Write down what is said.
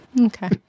Okay